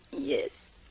Yes